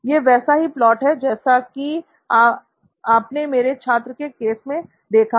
यह वैसा ही प्लॉट है जैसा कि आपने मेरे छात्र के केस में देखा था